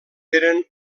eren